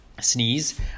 sneeze